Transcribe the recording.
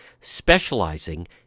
specializing